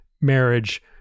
marriage